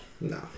No